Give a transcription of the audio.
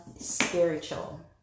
Spiritual